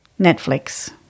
Netflix